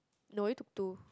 no we talk to